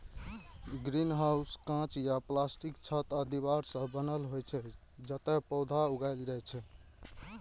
greenhouse कांच या प्लास्टिकक छत आ दीवार सं बनल होइ छै, जतय पौधा उगायल जाइ छै